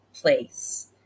place